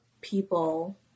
people